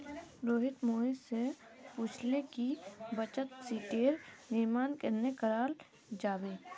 रोहित मोहित स पूछले कि बचत शीटेर निर्माण कन्ना कराल जाबे